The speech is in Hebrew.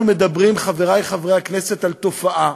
אנחנו מדברים, חברי חברי הכנסת, על תופעה